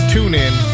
TuneIn